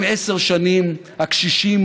אם עשר שנים הקשישים,